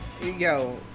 Yo